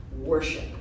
worship